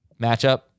Matchup